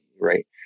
right